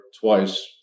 twice